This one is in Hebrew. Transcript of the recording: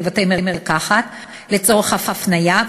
בבתי-מרקחת לצורך הפניה,